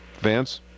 Vance